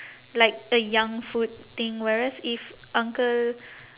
like a young food thing whereas if uncle